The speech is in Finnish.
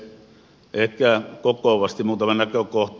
ehkä kokoavasti muutama näkökohta